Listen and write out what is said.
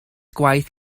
gwaith